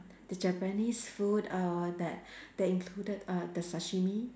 the Japanese food uh that that included uh the sashimi